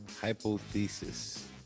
Hypothesis